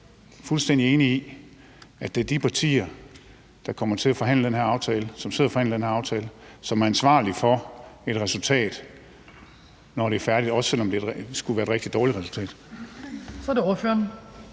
fuldstændig enig i, at det er de partier, der kommer til at sidde og forhandle den her aftale, som er ansvarlige for resultatet, når det er færdigt, også selv om det måtte være et rigtig dårligt resultat? Kl. 18:15 Den